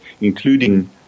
including